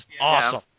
awesome